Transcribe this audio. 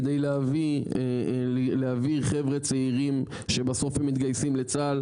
כדי להביא חבר'ה צעירים שבסוף מתגייסים לצה"ל,